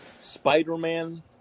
Spider-Man